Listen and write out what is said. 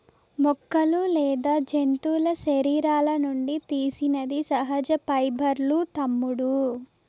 మొక్కలు లేదా జంతువుల శరీరాల నుండి తీసినది సహజ పైబర్లూ తమ్ముడూ